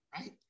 right